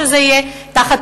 שזה יהיה בהיתר.